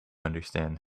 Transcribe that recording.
understand